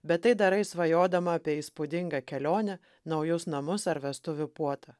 bet tai darai svajodama apie įspūdingą kelionę naujus namus ar vestuvių puotą